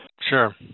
Sure